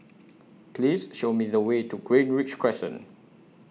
Please Show Me The Way to Greenridge Crescent